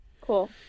Cool